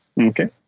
okay